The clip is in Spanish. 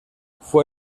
fue